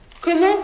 Comment